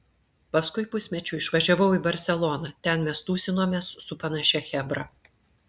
paskui pusmečiui išvažiavau į barseloną ten mes tūsinomės su panašia chebra